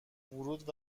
ورود